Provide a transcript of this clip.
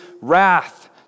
wrath